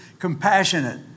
Compassionate